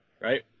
right